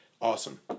Awesome